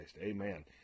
Amen